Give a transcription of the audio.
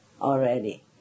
already